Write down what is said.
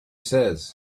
says